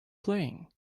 playing